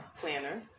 planner